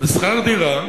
לשכר דירה,